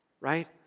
right